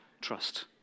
trust